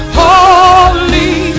holy